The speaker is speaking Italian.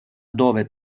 dove